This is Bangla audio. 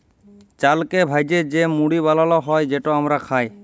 চালকে ভ্যাইজে যে মুড়ি বালাল হ্যয় যেট আমরা খাই